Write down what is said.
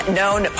known